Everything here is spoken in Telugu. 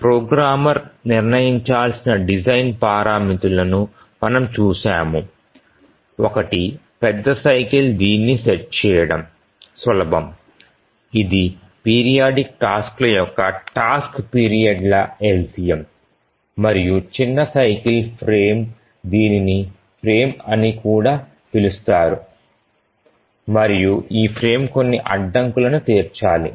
ప్రోగ్రామర్ నిర్ణయించాల్సిన డిజైన్ పారామితులను మనము చూశాము ఒకటి పెద్ద సైకిల్ దీన్ని సెట్ చేయడం సులభం ఇది పీరియాడిక్ టాస్క్ల యొక్క టాస్క్ పీరియడ్ల LCM మరియు చిన్న సైకిల్ ఫ్రేమ్ దీనిని ఫ్రేమ్ అని కూడా పిలుస్తారు మరియు ఈ ఫ్రేమ్ కొన్ని అడ్డంకులను తీర్చాలి